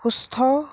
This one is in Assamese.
সুস্থ